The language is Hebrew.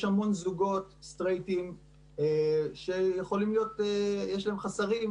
יש המון זוגות סטרייטים שיש להם חסכים